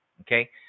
okay